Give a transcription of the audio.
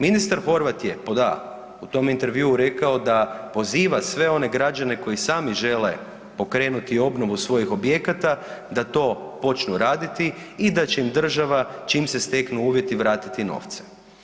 Ministar Horvat je pod a) u tom intervjuu rekao da poziva sve one građane koji sami žele pokrenuti obnovu svojih objekata da to počnu raditi i da će im država čim se steknu uvjeti vratiti novce.